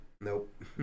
Nope